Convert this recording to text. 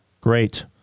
Great